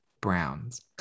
Browns